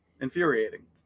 infuriating